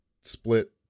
split